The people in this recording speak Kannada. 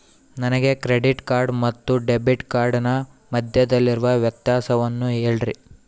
ನನಗೆ ಕ್ರೆಡಿಟ್ ಕಾರ್ಡ್ ಮತ್ತು ಡೆಬಿಟ್ ಕಾರ್ಡಿನ ಮಧ್ಯದಲ್ಲಿರುವ ವ್ಯತ್ಯಾಸವನ್ನು ಹೇಳ್ರಿ?